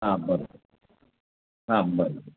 हां बरोबर हां बरोबर